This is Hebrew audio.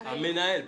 המנהל.